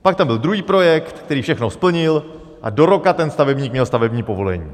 Pak tam byl druhý projekt, který všechno splnil, a do roka ten stavebník měl stavební povolení.